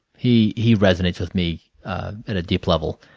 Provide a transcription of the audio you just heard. he he resonates with me in a deep level.